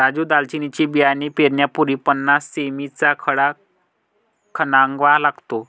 राजू दालचिनीचे बियाणे पेरण्यापूर्वी पन्नास सें.मी चा खड्डा खणावा लागतो